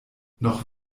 noch